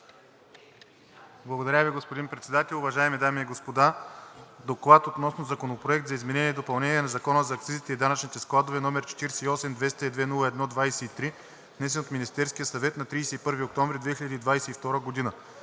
Благодаря Ви, господин Председател. Уважаеми колеги! „ДОКЛАД относно Законопроект за изменение и допълнение на Закона за акцизите и данъчните складове, № 48-202-01-23, внесен от Министерския съвет на 31 октомври 2022 г.